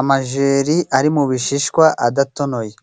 Amajeri ari mu bishishwa adatonoye